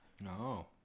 No